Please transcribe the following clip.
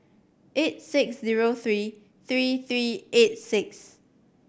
eight six zero three three three eight six